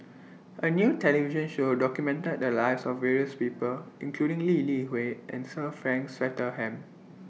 A New television Show documented The Lives of various People including Lee Li Hui and Sir Frank Swettenham